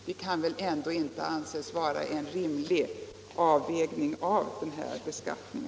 Det kan väl ändå inte anses vara en rimlig avvägning av beskattningen.